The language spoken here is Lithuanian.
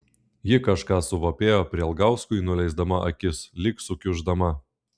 ji kažką suvapėjo prielgauskui nuleisdama akis lyg sukiuždama